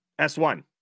S1